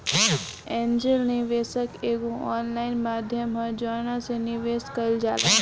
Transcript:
angel निवेशक एगो online माध्यम ह जवना से निवेश कईल जाला